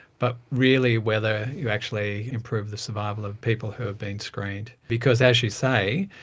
but really whether you actually improve the survival of people who have been screened. because, as you say,